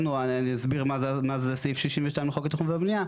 אני אסביר מה זה סעיף 62 לחוק התכנון והבנייה.